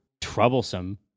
troublesome